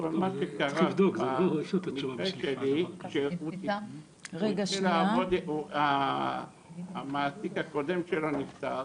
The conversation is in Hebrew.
מה שקרה במקרה שלי, זה שהמעסיק הקודם שלו נפטר